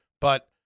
but-